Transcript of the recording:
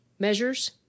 measures